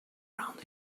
around